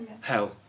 Hell